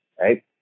right